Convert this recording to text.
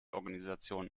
organisation